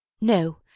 No